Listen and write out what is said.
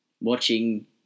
watching